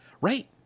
right